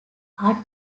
are